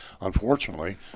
Unfortunately